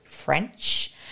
French